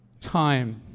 time